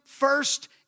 first